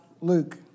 Luke